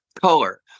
color